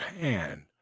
hand